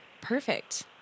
Perfect